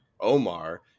Omar